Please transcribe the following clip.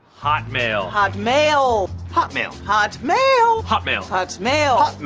hotmail. hotmail. hotmail. hotmail! hotmail. hotmail.